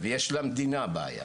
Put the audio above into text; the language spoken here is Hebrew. ויש למדינה בעיה,